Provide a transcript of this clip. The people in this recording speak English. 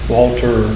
Walter